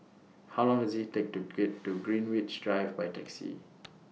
How Long Does IT Take to get to Greenwich Drive By Taxi